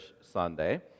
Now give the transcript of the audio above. Sunday